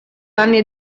anni